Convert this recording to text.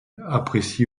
apprécie